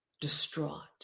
distraught